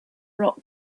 rock